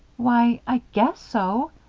why, i guess so.